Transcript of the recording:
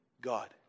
God